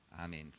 Amen